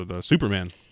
Superman